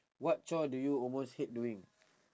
what chore do you almost hate doing